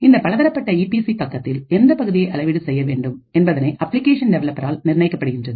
இந்த பலதரப்பட்ட E P C பக்கத்தில் எந்த பகுதியை அளவீடு செய்ய வேண்டும் என்பதனை அப்ளிகேஷன் டெவலப்பர் ஆல் நிர்ணயிக்கப்படுகின்றது